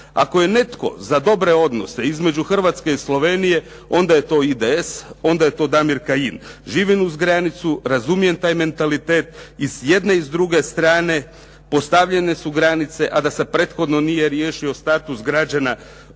Ako je netko za dobre odnose između Hrvatske i Slovenije, onda je to IDS, onda je to Damir Kajin. Živim uz granicu, razumijem taj mentalitet i s jedne i s druge strane postavljene su granice, da se prethodno nije riješio status građana